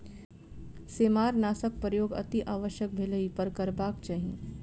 सेमारनाशकक प्रयोग अतिआवश्यक भेलहि पर करबाक चाही